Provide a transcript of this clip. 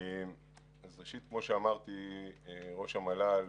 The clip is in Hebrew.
כמו שאמרתי, ראש המל"ל